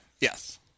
Yes